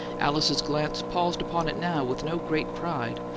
alice's glance paused upon it now with no great pride,